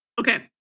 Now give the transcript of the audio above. Okay